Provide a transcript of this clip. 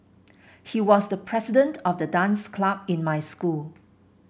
he was the president of the dance club in my school